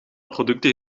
producten